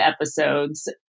episodes